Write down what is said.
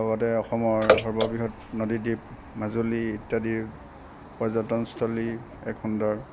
লগতে অসমৰ সৰ্ববৃহৎ নদীদ্বিপ মাজুলী ইত্যাদিৰ পৰ্যটন স্থলী সুন্দৰ